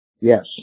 Yes